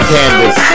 canvas